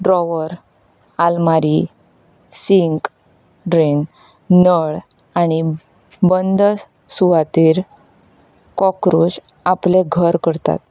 drawer आलमारी sink drain नळ आनी बंद सुवातेर कोक्रोच आपलें घर करतात